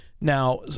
Now